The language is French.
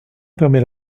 permet